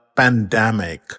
Pandemic